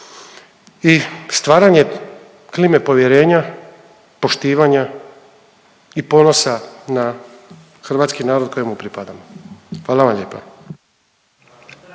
i stvaranje klime povjerenja, poštivanja i ponosa hrvatski narod kojemu pripadamo. Hvala vam lijepa.